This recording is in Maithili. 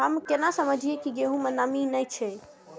हम केना समझये की गेहूं में नमी ने छे?